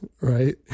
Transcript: right